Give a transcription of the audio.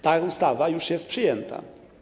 Ta ustawa już jest przyjęta.